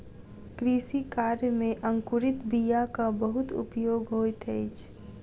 कृषि कार्य में अंकुरित बीयाक बहुत उपयोग होइत अछि